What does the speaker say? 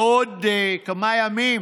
בעוד כמה ימים,